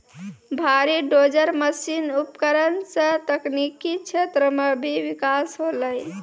भारी dozer machine उपकरण सें तकनीकी क्षेत्र म भी बिकास होलय